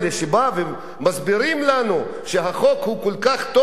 שבאים ומסבירים לנו שהחוק הוא כל כך טוב,